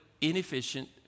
inefficient